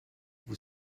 vous